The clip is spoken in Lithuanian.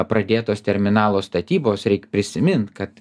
pradėtos terminalo statybos reik prisimint kad